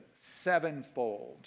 sevenfold